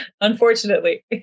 unfortunately